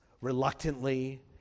reluctantly